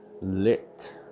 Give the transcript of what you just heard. lit